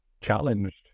challenged